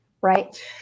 Right